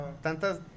tantas